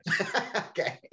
Okay